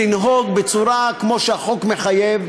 לנהוג בצורה כמו שהחוק מחייב.